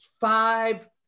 five